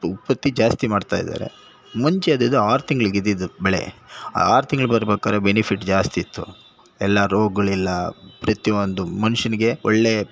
ಉತ್ಪತ್ತಿ ಜಾಸ್ತಿ ಮಾಡ್ತಾಯಿದ್ದಾರೆ ಮುಂಚೆ ಇದಿದ್ದು ಆರು ತಿಂಗ್ಳಿಗೆ ಇದ್ದಿದ್ದು ಬೆಳೆ ಆ ಆರು ತಿಂಗಳು ಬರ್ಬೇಕಾರೆ ಬೆನಿಫಿಟ್ ಜಾಸ್ತಿಯಿತ್ತು ಎಲ್ಲ ರೋಗಗಳಿಲ್ಲ ಪ್ರತಿಯೊಂದು ಮನುಷ್ಯನಿಗೆ ಒಳ್ಳೆಯ